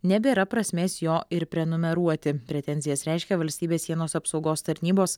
nebėra prasmės jo ir prenumeruoti pretenzijas reiškia valstybės sienos apsaugos tarnybos